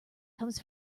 comes